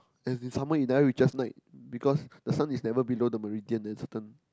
and in summer it never reaches night because the sun is never below the meridian at certain